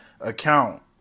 account